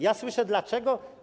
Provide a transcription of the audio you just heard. Ja słyszę: dlaczego.